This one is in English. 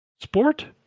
Sport